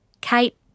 Kate